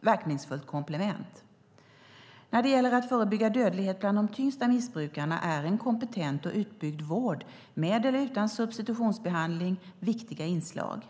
verkningsfullt komplement. När det gäller att förebygga dödlighet bland de tyngsta missbrukarna är en kompetent och utbyggd vård, med eller utan substitutionsbehandling, ett viktigt inslag.